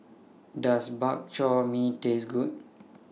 Does Bak Chor Mee Taste Good